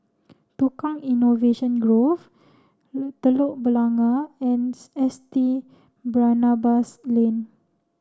Tukang Innovation Grove Telok Blangah and S T Barnabas Lane